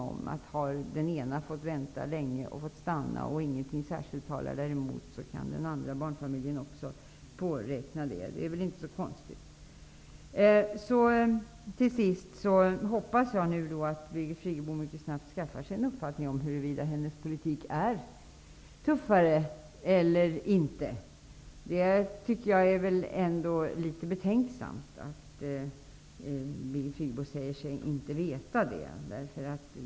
Har den ena barnfamiljen fått vänta länge och därefter fått stanna, om ingenting särskilt talat däremot, kan också den andra barnfamiljen påräkna det. Det är väl inte så konstigt. Till sist hoppas jag att Birgit Friggebo mycket snabbt skaffar sig en uppfattning om huruvida hennes politik är tuffare eller inte. Det är väl ändå litet betänkligt att Birgit Friggebo säger sig inte veta det.